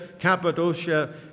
Cappadocia